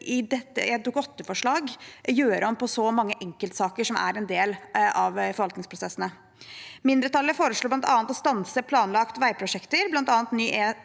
Dokument 8-forslag bør gjøre om på så mange enkeltsaker som er en del av forvaltningsprosessene. Mindretallet foreslår bl.a. å stanse planlagte veiprosjekter, av dem ny